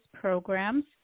programs